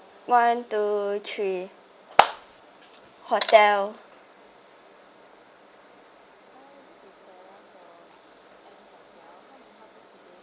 one two three hotel